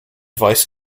vice